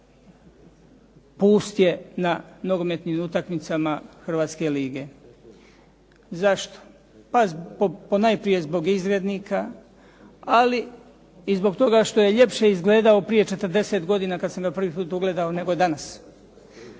pust je na nogometnim utakmicama Hrvatske lige. Zašto? Pa ponajprije zbog izgrednika, ali i zbog toga što je ljepše izgledao prije 40 godina kad sam ga prvi put ugledao nego danas.